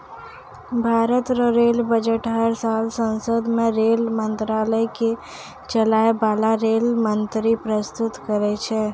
भारत रो rail budget हर साल सांसद मे रेल मंत्रालय के चलाय बाला रेल मंत्री परस्तुत करै छै